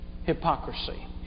hypocrisy